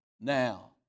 now